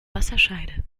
wasserscheide